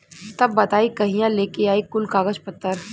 तब बताई कहिया लेके आई कुल कागज पतर?